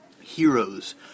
Heroes